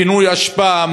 פינוי אשפה,